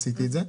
עשיתי את זה.